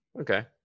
Okay